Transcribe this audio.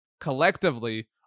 collectively